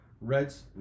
Reds